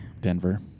Denver